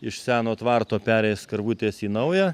iš seno tvarto pereis karvutės į naują